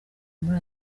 muri